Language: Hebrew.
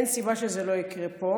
אין סיבה שזה לא יקרה פה,